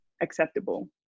acceptable